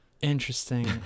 interesting